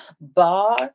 bar